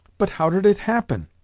but how did it happen?